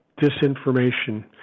disinformation